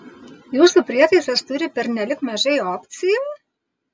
jūsų prietaisas turi pernelyg mažai opcijų